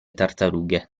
tartarughe